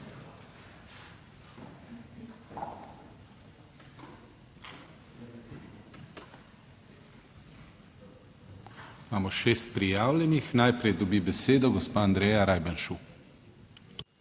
Imamo šest prijavljenih. Najprej dobi besedo gospa Andreja Rajbenšu.